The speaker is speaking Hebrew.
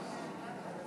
ההצבעה: